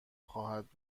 خواهد